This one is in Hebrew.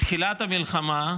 בתחילת המלחמה,